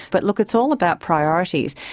but look, it's all about priorities,